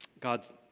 God's